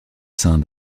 ceint